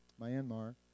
Myanmar